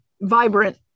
vibrant